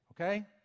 okay